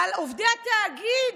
על עובדי התאגיד,